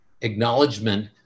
acknowledgement